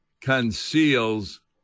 conceals